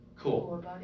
Cool